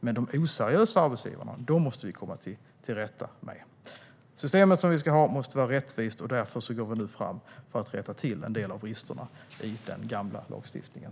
Men de oseriösa arbetsgivarna måste vi komma till rätta med. Systemet som vi ska ha måste vara rättvist. Därför går vi nu fram för att rätta till en del av bristerna i den gamla lagstiftningen.